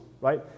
right